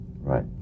Right